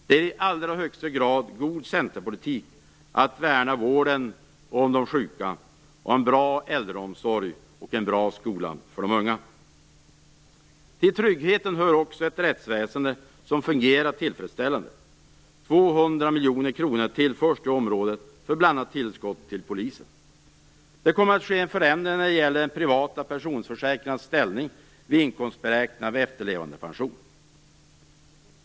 Det är i allra högsta grad god Centerpolitik att värna vården av de sjuka, att ha en bra äldreomsorg och en bra skola för de unga. Till tryggheten hör också ett rättsväsende som fungerar tillfredsställande. 200 miljoner kronor tillförs nu området, för bl.a. tillskott till polisen. Det kommer att ske en förändring när det gäller de privata pensionsförsäkringarnas ställning vid inkomstberäkning av efterlevandepension.